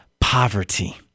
poverty